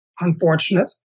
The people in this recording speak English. unfortunate